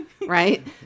right